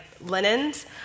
linens